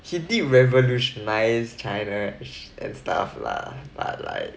he did revolutionize china and stuff lah but like